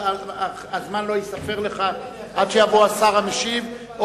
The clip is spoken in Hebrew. הזמן לא ייספר לך עד שיבוא השר המשיב או